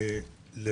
לכפר?